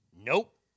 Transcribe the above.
Nope